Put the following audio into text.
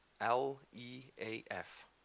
L-E-A-F